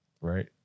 right